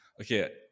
okay